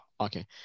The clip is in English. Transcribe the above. okay